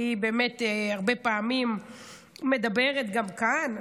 כי היא הרבה פעמים מדברת נגד גם כאן,